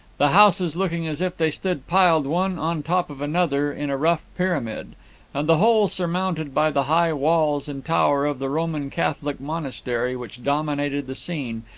the houses looking as if they stood piled one on top of another in a rough pyramid and the whole surmounted by the high walls and tower of the roman catholic monastery which dominated the scene,